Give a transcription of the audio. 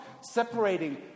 separating